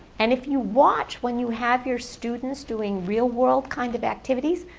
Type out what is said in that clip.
and if you watch when you have your students doing real-world kind of activities,